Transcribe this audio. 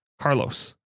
Carlos